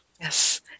Yes